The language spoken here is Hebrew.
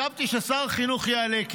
חשבתי ששר החינוך יעלה,